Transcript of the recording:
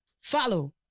Follow